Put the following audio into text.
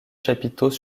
chapiteaux